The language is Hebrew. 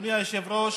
אדוני היושב-ראש,